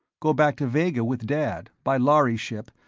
go back to vega with dad, by lhari ship,